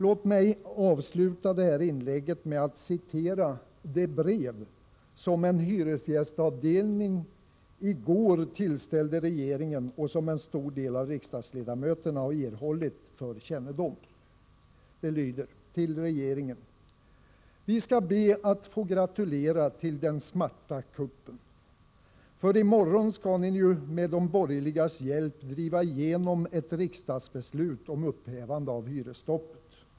Låt mig avsluta detta inlägg med att citera det brev som en hyresgästavdelning i går tillställde regeringen och som en stor del av riksdagsledamöterna har erhållit för kännedom: Vi ska be att få gratulera till den smarta kuppen. För i morgon ska Ni ju med de borgerligas hjälp driva igenom ett riksdagsbeslut om upphävande av hyresstoppet.